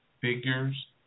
figures